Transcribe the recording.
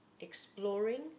exploring